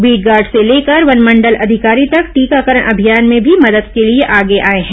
beat guard से लेकर वनमंडल अधिकारी तक टीकाकरण अभियान में भी मदद के लिए आगे आए हैं